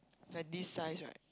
like this size right